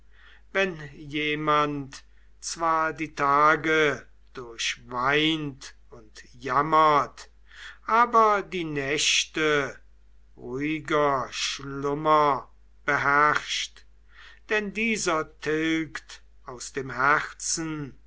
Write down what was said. wenn jemand zwar die tage durchweint und jammert aber die nächte ruhiger schlummer beherrscht denn dieser tilgt aus dem herzen